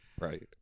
Right